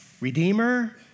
redeemer